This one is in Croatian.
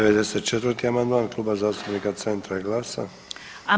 94. amandman Kluba zastupnika Centra i GLAS-a.